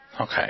Okay